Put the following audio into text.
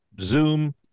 Zoom